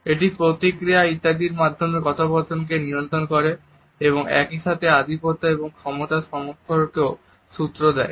এটি প্রতিক্রিয়া ইত্যাদির মাধ্যমে কথোপকথন কে নিয়ন্ত্রণ করে এবং একইসাথে এটি আধিপত্য এবং ক্ষমতার সম্পর্কের সূত্রও দেয়